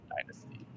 Dynasty